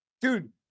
Dude